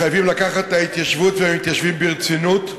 מחייבים לקחת את ההתיישבות ואת המתיישבים ברצינות,